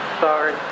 Sorry